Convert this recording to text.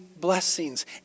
blessings